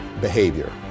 behavior